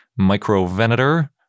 microvenator